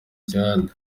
djihad